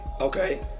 Okay